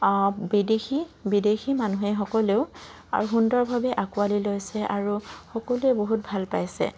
বিদেশী বিদেশী মানুহেসকলেও আৰু সুন্দৰভাৱে আঁকোৱালি লৈছে আৰু সকলোৱে বহুত ভাল পাইছে